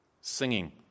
singing